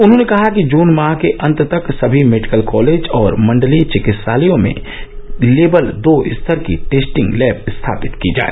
उन्होंने कहा कि जुन माह के अंत तक सभी मेडिकल कॉलेज और मंडलीय चिकित्सालयों में लेवल दो स्तर की टेस्टिंग लैब स्थापित की जाए